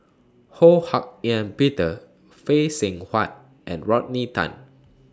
Ho Hak Ean Peter Phay Seng Whatt and Rodney Tan